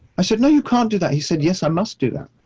i said, no, you can't do that. he said, yes, i must do that.